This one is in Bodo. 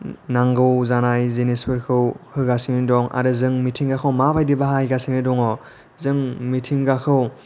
नांगौ जानाय जिनिसफोरखौ होगासिनो दं आरो जों मिथिंगाखौ माबायदि बाहायगासिनो दङ जों मिथिंगाखौ